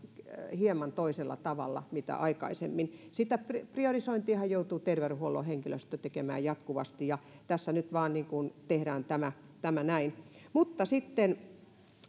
hieman toisella tavalla kuin aikaisemmin sitä priorisointiahan joutuu terveydenhuollon henkilöstö tekemään jatkuvasti ja tässä nyt vain tehdään tämä tämä näin sitten